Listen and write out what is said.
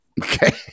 Okay